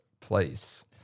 place